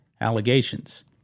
allegations